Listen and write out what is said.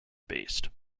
based